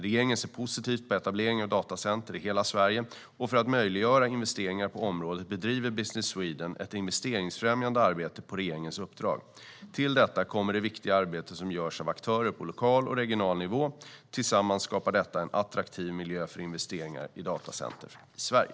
Regeringen ser positivt på etableringen av datacenter i hela Sverige, och för att möjliggöra investeringar på området bedriver Business Sweden ett investeringsfrämjande arbete på regeringens uppdrag. Till detta kommer det viktiga arbete som görs av aktörer på lokal och regional nivå. Tillsammans skapar detta en attraktiv miljö för investeringar i datacenter i Sverige.